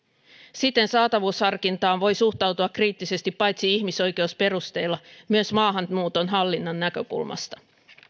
siten saatavuusharkintaan voi suhtautua kriittisesti paitsi ihmisoikeusperusteella myös maahanmuuton hallinnan näkökulmasta